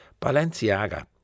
Balenciaga